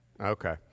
Okay